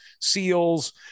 seals